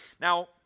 now